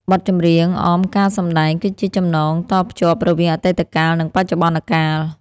បទចម្រៀងអមការសម្ដែងគឺជាចំណងតភ្ជាប់រវាងអតីតកាល និងបច្ចុប្បន្នកាល។